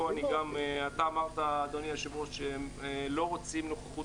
ואתה אמרת אדוני היו"ר שלא רוצים נוכחות